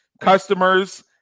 customers